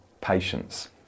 patience